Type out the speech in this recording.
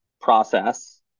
process